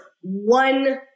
one